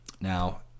now